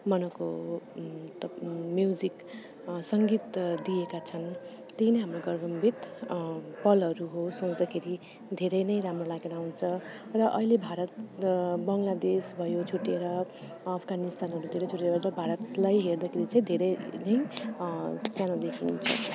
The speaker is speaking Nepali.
को तप म्युजिक सङ्गीत दिएका छन् त्यही नै हाम्रो गौरावान्वित पलहरू हो सोच्दाखेरि धेरै नै राम्रो लागेर आउँछ र अहिले भारत बङ्ग्लादेश भयो छुट्टिएर अफगानिस्तान भारतलाई हेर्दाखेरि चाहिँ धेरै नै सानो देखिन्छ